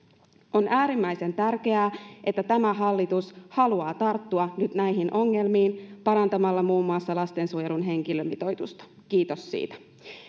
on äärimmäisen tärkeää että tämä hallitus haluaa tarttua nyt näihin ongelmiin parantamalla muun muassa lastensuojelun henkilömitoitusta kiitos siitä